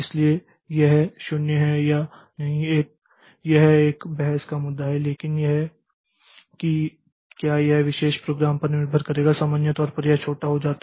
इसलिए यह 0 है या नहीं यह एक बहस का मुद्दा है लेकिन यह कि क्या यह विशेष प्रोग्राम पर निर्भर करेगा सामान्य तौर पर यह छोटा हो जाता है